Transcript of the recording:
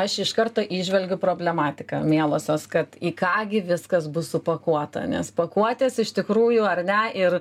aš iš karto įžvelgiu problematiką mielosios kad į ką gi viskas bus supakuota nes pakuotės iš tikrųjų ar ne ir